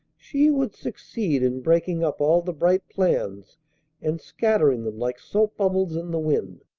she would succeed in breaking up all the bright plans and scattering them like soap-bubbles in the wind.